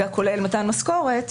כולל מתן משכורת,